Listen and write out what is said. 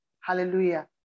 Hallelujah